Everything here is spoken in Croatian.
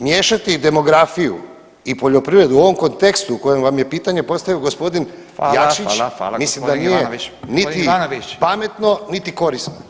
Miješati demografiju i poljoprivredu u ovom kontekstu u kojem vam je pitanje postavio gospodin Jakšić [[Upadica: Hvala, hvala gospodin Ivanović.]] mislim da nije niti pametno [[Upadica: Gospodin Ivanović!]] niti korisno.